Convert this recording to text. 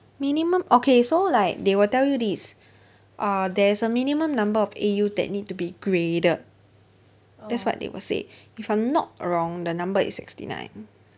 minimum okay so like they will tell you this uh there is a minimum number of A_U that need to be graded that's what they will say if I'm not wrong the number is sixty nine